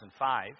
2005